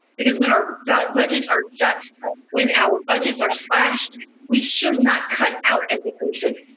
because when our but budgets are set when our budgets are slashed we should not cut out education.